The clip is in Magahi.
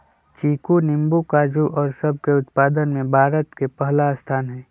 चीकू नींबू काजू और सब के उत्पादन में भारत के पहला स्थान हई